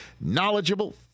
knowledgeable